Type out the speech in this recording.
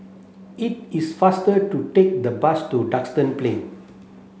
it is faster to take the bus to Duxton Plain